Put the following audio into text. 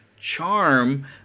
charm